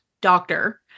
doctor